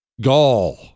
Gaul